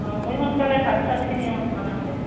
অঁ মই সোনকালে ভাত চাতখিনি অঁ বনাওঁঁ দে